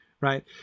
right